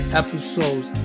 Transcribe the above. episodes